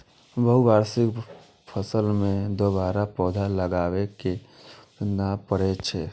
बहुवार्षिक फसल मे दोबारा पौधा लगाबै के जरूरत नै पड़ै छै